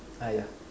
uh yeah